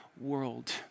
world